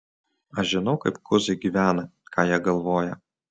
aš žinau kaip kuzai gyvena ką jie galvoja